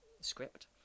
script